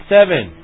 Seven